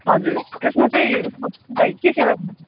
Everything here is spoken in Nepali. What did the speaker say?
हजुर त्यसमा चाहिँ म तपाईँलाई के सेवा गर्नु